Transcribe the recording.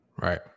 Right